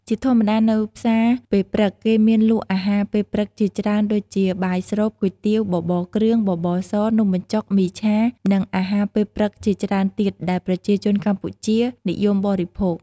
ជាធម្មតានៅផ្សារពេលព្រឹក គេមានលក់អាហារពេលព្រឹកជាច្រើនដូចជា បាយស្រូប គុយទាវ បបរគ្រឿង បបរស នំបញ្ចុក មីឆា និងអាហារពេលព្រឹកជាច្រើនទៀតដែលប្រជាជនកម្ពុជានិយមបរិភោគ។